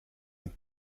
und